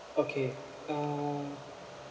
okay uh